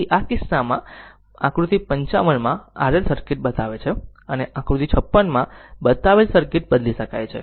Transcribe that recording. તેથી આ કિસ્સામાં આકૃતિ 55 RL સર્કિટ બતાવે છે અને આકૃતિ 56 માં બતાવેલ સર્કિટ બદલી શકાય છે